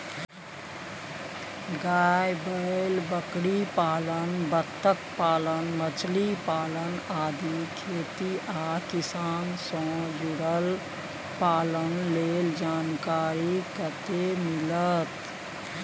गाय, बैल, बकरीपालन, बत्तखपालन, मछलीपालन आदि खेती आ किसान से जुरल पालन लेल जानकारी कत्ते मिलत?